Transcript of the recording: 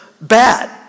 bad